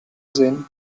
sehen